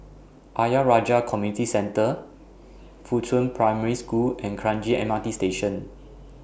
Ayer Rajah Community Center Fuchun Primary School and Kranji M R T Station